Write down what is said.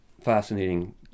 Fascinating